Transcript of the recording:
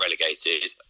relegated